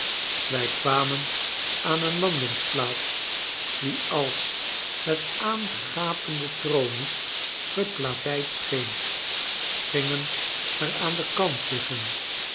wij kwamen aan een landingsplaats die als met aangapende tronies geplaveid scheen gingen er aan den kant liggen